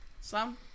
Sam